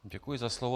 Děkuji za slovo.